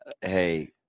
Hey